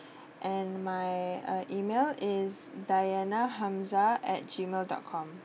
and my uh email is diana Hamzah at gmail dot com